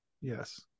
Yes